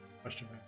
question